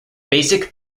basic